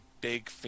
big